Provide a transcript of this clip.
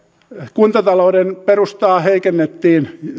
kuntatalouden perustaa heikennettiin